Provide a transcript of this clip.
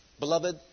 Beloved